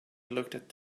looked